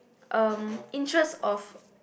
um interest of